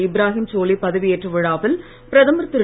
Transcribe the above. இப்ராஹீம் சோலி பதவி ஏற்ற விழாவில் பிரதமர் திரு